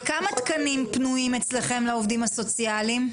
וכמה תקנים פנויים אצלכם לעובדים הסוציאליים?